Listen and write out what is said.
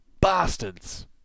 Bastards